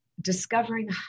discovering